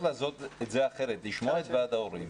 לעשות את זה אחרת, לשמוע את ועד ההורים